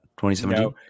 2017